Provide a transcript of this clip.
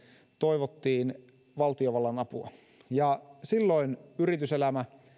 toivottiin valtiovallan apua silloin yrityselämä